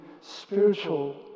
spiritual